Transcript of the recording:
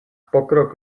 pokrok